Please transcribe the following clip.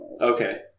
Okay